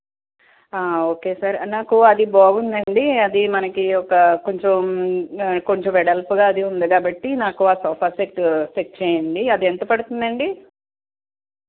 okay sir నాకు అది బాగుంది అండి అది మనకు ఒక కొంచెం కొంచెం వెడల్పుగా అది ఉంది కాబట్టి నాకు ఆ సోఫా సెట్టు సెట్ చేయండి అది ఎంత పడుతుంది అండి